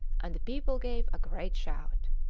and the people gave a great shout.